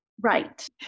right